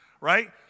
right